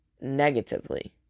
negatively